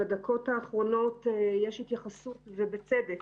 בדקות האחרונות יש התייחסות, ובצדק,